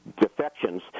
defections